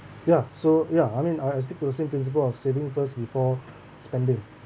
ya so ya I mean I I stick to the same principle of saving first before spending